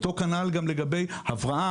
אותו כנ"ל גם לגבי הבראה,